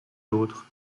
autres